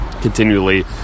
continually